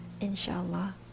inshallah